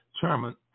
chairman